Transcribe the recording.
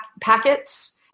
packets